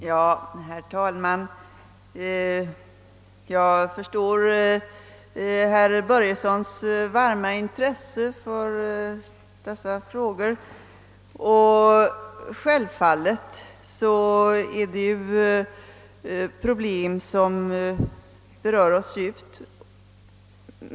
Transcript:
Herr talman! Jag förstår att herr Börjesson i Falköping är varmt intresserad av dessa frågor, och självfallet har vi här att göra med problem som berör oss alla djupt.